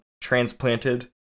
transplanted